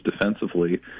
defensively